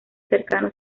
cercano